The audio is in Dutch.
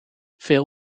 veel